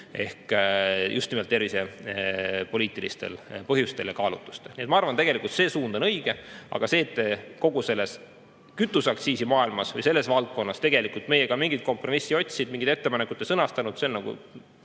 just nimelt tervisepoliitilistel põhjustel ja kaalutlustel. Nii et ma arvan, et tegelikult see suund on õige. Aga see, et te kogu selles kütuseaktsiisi maailmas või selles valdkonnas tegelikult meiega mingit kompromissi ei otsinud, mingit ettepanekut ei sõnastanud, on